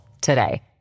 today